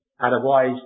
Otherwise